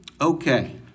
Okay